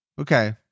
Okay